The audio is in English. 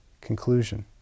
conclusion